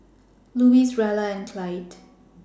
Louis Rella and Clyde